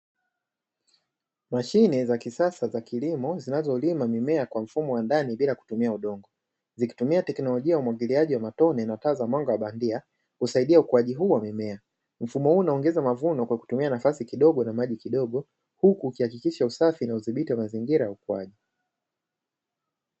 Mashine za kisasa za kilimo zinazolima mimea kwa mfumo wa ndani bila kutumia udongo, zikitumia teknolojia ya umwagiliaji wa matone na taa za mwanga wa bandia husaidia ukuaji huo wa mimea mfumo huu unaongeza mavuno kwa kutumia nafasi kidogo na maji kidogo huku ukihakikisha usafi na udhibiti wa mazingira ya ukuaji.